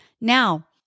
Now